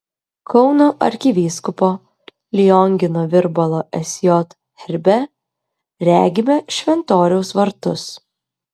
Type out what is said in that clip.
kauno arkivyskupo liongino virbalo sj herbe regime šventoriaus vartus